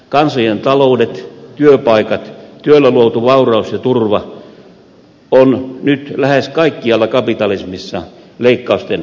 kansojen taloudet työpaikat työllä luotu vauraus ja turva ovat nyt lähes kaikkialla kapitalismissa leikkausten kohteena